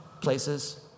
places